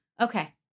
okay